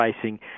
facing